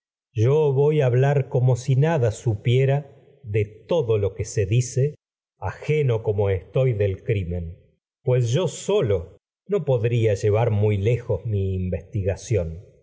yo voy a males hablar como si nada supiera de todo yo lo que no se dice ajeno llevar como muy estoy del crimen pues solo podría lejos mi investigación